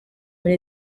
muri